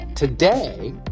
Today